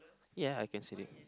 ya I can see it